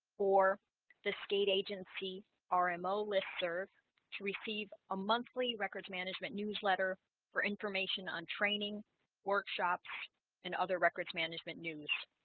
or the state agency our ah mo listserv to receive a monthly records management newsletter for information on training workshops and other records management news